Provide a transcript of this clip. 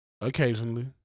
Occasionally